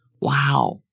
wow